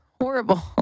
horrible